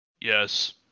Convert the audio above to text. Yes